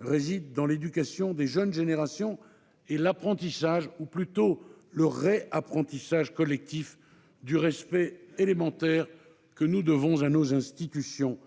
réside dans l'éducation des jeunes générations et l'apprentissage ou, plutôt, le réapprentissage collectif du respect élémentaire que nous devons à nos institutions.